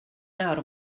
nawr